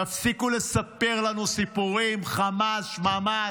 תפסיקו לספר לנו סיפורים, חמאס-שממס,